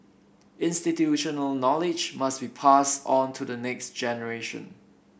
institutional knowledge must be passed on to the next generation